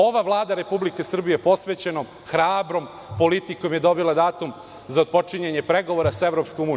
Ova Vlada Republike Srbije posvećenom hrabrom politikom je dobila datum za otpočinjanje pregovora sa EU.